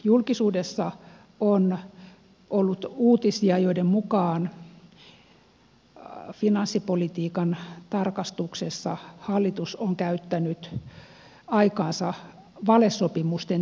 julkisuudessa on ollut uutisia joiden mukaan finanssipolitiikan tarkastuksessa hallitus on käyttänyt aikaansa valesopimusten tekemiseen